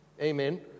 Amen